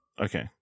Okay